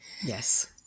Yes